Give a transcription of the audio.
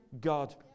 God